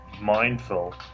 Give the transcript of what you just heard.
mindful